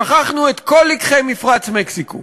שכחנו את כל לקחי מפרץ מקסיקו.